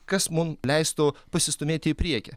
kas mum leistų pasistūmėti į priekį